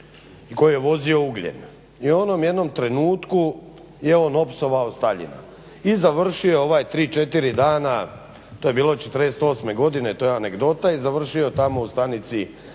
i koji je vozio ugljen. I u jednom trenutku je on opsovao Staljina i završio je 3, 4 dana to je bilo '48.godine, to je anegdota i završio je tamo u stanici policije.